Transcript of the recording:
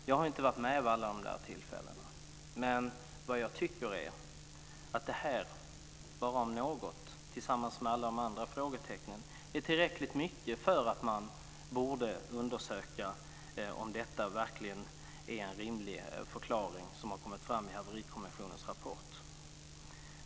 Jag har inte varit med vid alla de tillfällena, men jag tycker att det här om något, tillsammans med alla andra frågetecken, är tillräckligt mycket för att säga att man borde undersöka om det verkligen är en rimlig förklaring som kommit fram i Haverikommissionens rapport.